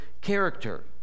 character